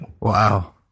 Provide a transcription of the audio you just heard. Wow